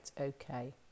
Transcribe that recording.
okay